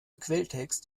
quelltext